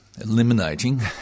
eliminating